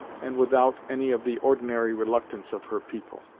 and without any of the ordinary reluctance of her people.